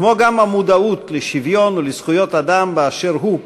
כמו גם המודעות לשוויון ולזכויות אדם באשר הוא,